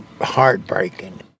heartbreaking